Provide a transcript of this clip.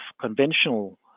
conventional